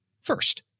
first